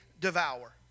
devour